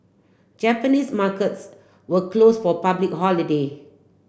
Japanese markets were close for public holiday